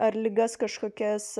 ar ligas kažkokias